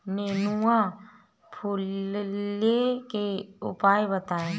नेनुआ फुलईले के उपाय बताईं?